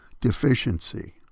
deficiency